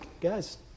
guys